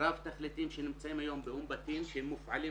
רב תכליתיים שנמצאים היום באום בטין, שהם מופעלים